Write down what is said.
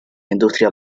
industria